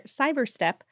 Cyberstep